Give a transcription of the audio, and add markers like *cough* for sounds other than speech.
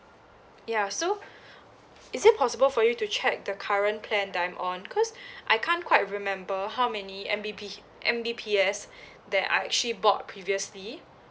ya so *breath* is it possible for you to check the current plan that I'm on cause I can't quite remember how many M_B_P M_B_P_S that I actually bought previously